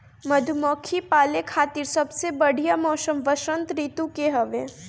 मधुमक्खी पाले खातिर सबसे बढ़िया मौसम वसंत ऋतू के हवे